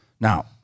Now